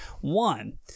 One